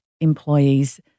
employees